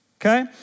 Okay